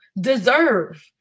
deserve